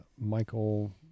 Michael